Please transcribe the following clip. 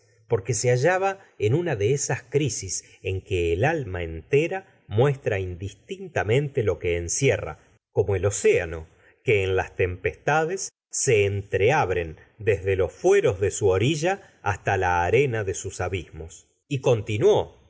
porque se hallaba en una de esas crisis en que el alma entera muestra indistintamente lo que encierra como el océano que en las tempestades se entreabren desde los fueros de su orilla hasta la arena de sus abismos y continuó